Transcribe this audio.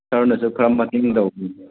ꯁꯥꯔꯅꯁꯨ ꯈꯔ ꯃꯇꯦꯡ ꯇꯧꯕꯤꯌꯣ